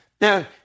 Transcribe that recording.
Now